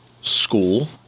school